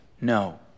No